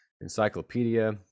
encyclopedia